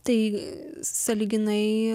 tai sąlyginai